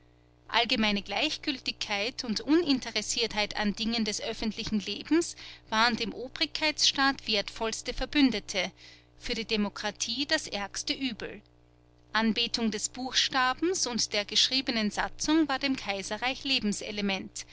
allgemeine gleichgültigkeit und uninteressiertheit an dingen des öffentlichen lebens waren dem obrigkeitsstaat wertvollste verbündete für die demokratie das ärgste übel anbetung des buchstabens und der geschriebenen satzung war dem kaiserreich